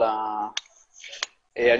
אבל עדיין יש פה אלמנטים חשובים ש --- כן,